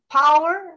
power